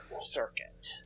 circuit